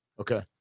Okay